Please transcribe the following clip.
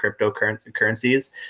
cryptocurrencies